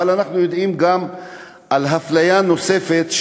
אבל אנחנו יודעים גם על אפליה נוספת,